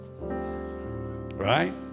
Right